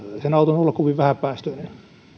sen auton olla kovin vähäpäästöinen